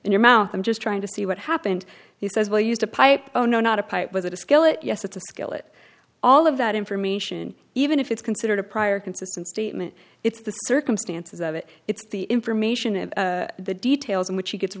in your mouth i'm just trying to see what happened he says well used a pipe oh no not a pipe was it a skillet yes it's a skillet all of that information even if it's considered a prior consistent statement it's the circumstances of it it's the information and the details in which he gets